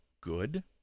good